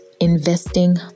investing